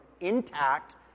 intact